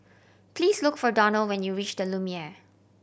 please look for Donald when you reach The Lumiere